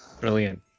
Brilliant